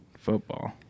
Football